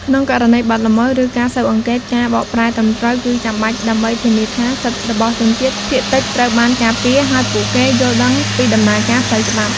ក្នុងករណីបទល្មើស ឬការស៊ើបអង្កេត ការបកប្រែត្រឹមត្រូវគឺចាំបាច់ដើម្បីធានាថាសិទ្ធិរបស់ជនជាតិភាគតិចត្រូវបានការពារ ហើយពួកគេយល់ដឹងពីដំណើរការផ្លូវច្បាប់។